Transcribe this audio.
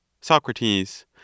Socrates